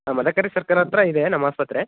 Madakari circle ಹತ್ರ ಇದೆ ನಮ್ಮ ಆಸ್ಪತ್ರೆ